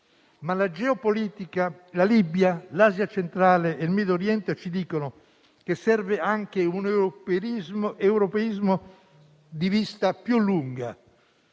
ma la geopolitica, la Libia, l'Asia centrale e il Medio Oriente ci dicono che serve anche un europeismo di vista più lunga,